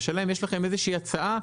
השאלה אם יש לכם איזושהי הצעה,